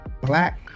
black